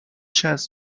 chess